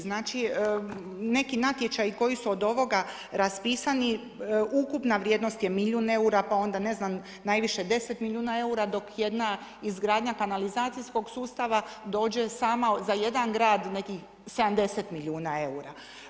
Znači neki natječaji koji su od ovoga raspisani ukupna vrijednost je milijun eura, pa onda ne znam najviše 10 milijuna eura dok jedna izgradnja kanalizacijskog sustava dođe sama za jedan grad nekih 70 milijuna eura.